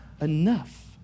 enough